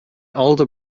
older